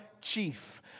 chief